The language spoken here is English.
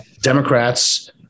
Democrats